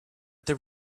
there